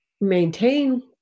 maintain